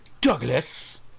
Douglas